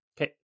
Okay